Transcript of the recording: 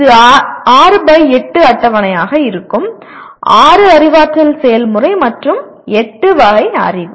இது 6 by 8 அட்டவணையாக இருக்கும் 6 அறிவாற்றல் செயல்முறை மற்றும் 8 வகை அறிவு